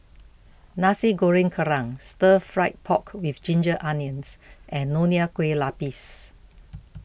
Nasi Goreng Kerang Stir Fried Pork with Ginger Onions and Nonya Kueh Lapis